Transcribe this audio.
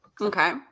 Okay